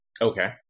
Okay